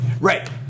Right